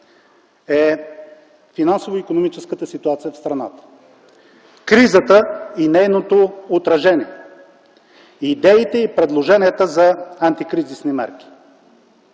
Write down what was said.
е финансово-икономическата ситуация в страната, кризата и нейното отражение, идеите и предложенията за антикризисни мерки.